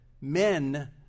men